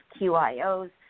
QIOs